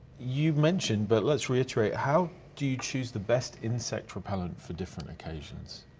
you mentioned, but let's reiterate, how do you choose the best insect repellent for different occasions?